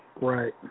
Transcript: Right